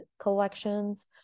collections